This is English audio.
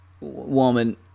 woman